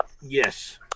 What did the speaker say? Yes